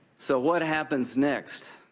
so what happens next?